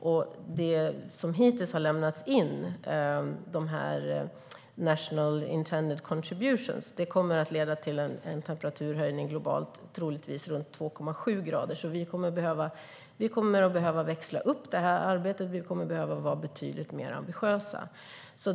Intended nationally determined contributions, som hittills har lämnats in, kommer att leda till en temperaturhöjning globalt på troligtvis kring 2,7 grader. Vi kommer att behöva växla upp det här arbetet och vara betydligt ambitiösare.